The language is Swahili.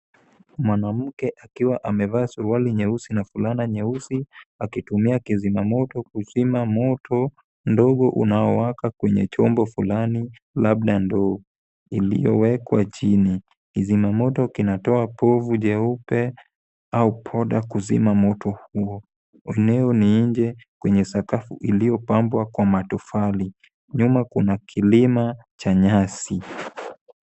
Mwanamke akiwa amevaa suruali nyeusi na fulana nyeusi akitumia kizimamoto kuzima moto mdogo unaowaka kwenye chombo fulani labda ndoo iliyowekwa chini. Kizimamoto kinatoa povu jeupe au poda kuzima moto huo. Eneo ni nje kwenye sakafu iliyopambwa kwa matofali. Nyuma kuna kilima cha nyasi.